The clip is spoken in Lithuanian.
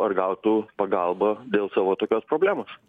ar gautų pagalbą dėl savo tokios problemos